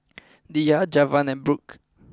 Diya Javen and Brook